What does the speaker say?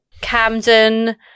Camden